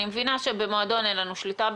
אני מבינה שבמועדון אין לנו שליטה.